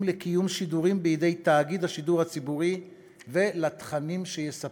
לקיום שידורים בידי תאגיד השידור הציבורי ולתכנים שיספק.